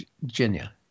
virginia